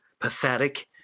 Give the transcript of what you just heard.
pathetic